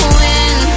win